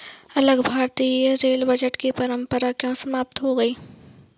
अलग भारतीय rail budget की परंपरा क्यों समाप्त की गई?